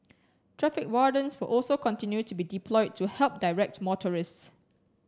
traffic wardens will also continue to be deployed to help direct motorists